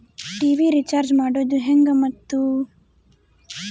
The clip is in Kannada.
ಟಿ.ವಿ ರೇಚಾರ್ಜ್ ಮಾಡೋದು ಹೆಂಗ ಮತ್ತು?